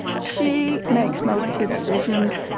she makes most of the decisions,